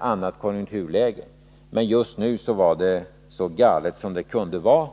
annat konjunkturläge, men just nu var det så galet som det kunde vara.